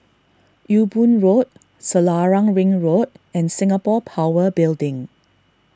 Ewe Boon Road Selarang Ring Road and Singapore Power Building